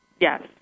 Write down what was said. Yes